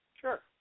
Sure